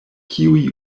kiuj